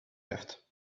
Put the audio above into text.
left